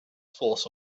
force